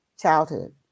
childhood